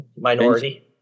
Minority